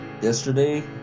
Yesterday